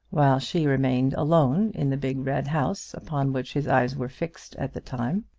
while she remained alone in the big red house upon which his eyes were fixed at the time.